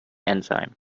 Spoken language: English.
enzyme